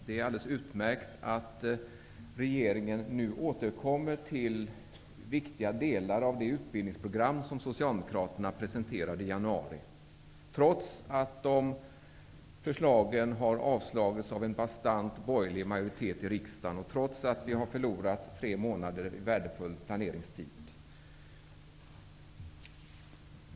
Det är alldeles utmärkt att regeringen nu återkommer till viktiga delar av det utbildningsprogram som Socialdemokraterna presenterade i januari, trots att våra förslag har avslagits av en bastant borgerlig majoritet i riksdagen och trots att vi har förlorat tre månader av värdefull planeringstid.